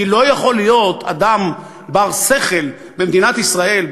כי לא יכול להיות אדם בר-שכל במדינת ישראל,